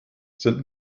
sind